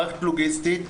מערכת לוגיסטית,